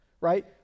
right